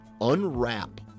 unwrap